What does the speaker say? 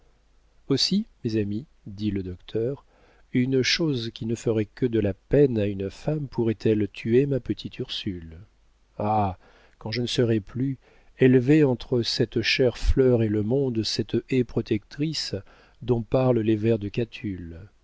aussi mes amis dit le docteur une chose qui ne ferait que de la peine à une femme pourrait-elle tuer ma petite ursule ah quand je ne serai plus élevez entre cette chère fleur et le monde cette haie protectrice dont parlent les vers de